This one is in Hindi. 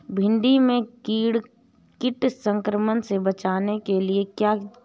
भिंडी में कीट संक्रमण से बचाने के लिए क्या किया जाए?